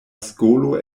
skolo